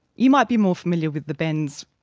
you might be more familiar with the bends,